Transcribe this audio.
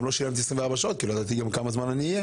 גם לא שילמתי עבור 24 שעות כי לא ידעתי כמה זמן אהיה.